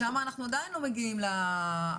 שם אנחנו עדיין לא מטילים הגבלות,